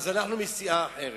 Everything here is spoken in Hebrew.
אז אנחנו מסיעה אחרת,